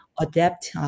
adapt